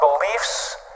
beliefs